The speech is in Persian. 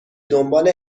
دنبال